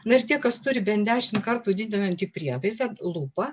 na ir tie kas turi bent dešim kartų didinantį prietaisą lupą